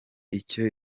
icyo